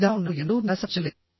ఈ విధానం నన్ను ఎన్నడూ నిరాశపరచలేదు